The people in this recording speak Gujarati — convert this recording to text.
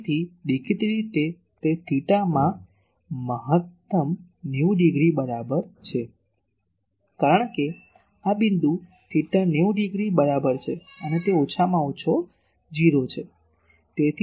તેથી દેખીતી રીતે તે થિટામાં મહત્તમ 90 ડિગ્રી બરાબર છે કારણ કે આ બિંદુ થિટા 90 ડિગ્રી બરાબર છે અને તે ઓછામાં ઓછો 0 છે